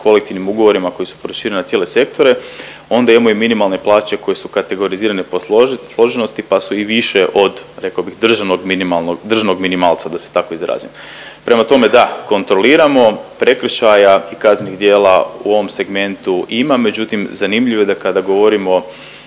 kolektivnim ugovorima koji su prošireni na cijele sektore onda imamo i minimalne plaće koje su kategorizirane po složenosti pa su i više rekao bih od državnog minimalnog državnog minimalca da se tako izrazim. Prema tome da, kontroliramo prekršaja i kaznenih djela u ovom segmentu ima, međutim zanimljivo je da kada govorimo